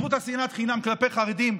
עצרו את שנאת החינם כלפי חרדים,